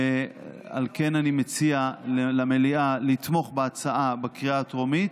ועל כן אני מציע למליאה לתמוך בהצעה בקריאה הטרומית,